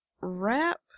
wrap